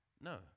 No